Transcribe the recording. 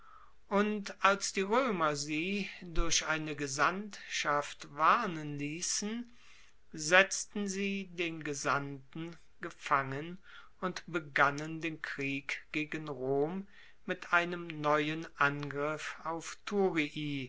und als die roemer sie durch eine gesandtschaft warnen liessen setzten sie den gesandten gefangen und begannen den krieg gegen rom mit einem neuen angriff auf thurii